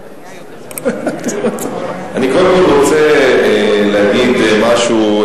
אני קודם כול רוצה להגיד משהו.